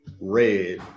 Red